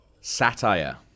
Satire